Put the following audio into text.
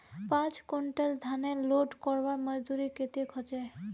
पाँच कुंटल धानेर लोड करवार मजदूरी कतेक होचए?